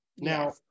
now